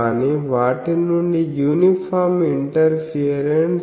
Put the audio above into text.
కానీ వాటి నుండి యూనిఫాం ఇంటర్ఫియరెన్స్ ఈ ప్యాటర్న్ ను ఇస్తుంది